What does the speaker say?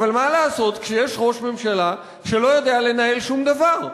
אבל מה לעשות כשיש ראש ממשלה שלא יודע לנהל שום דבר?